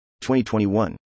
2021